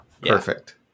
Perfect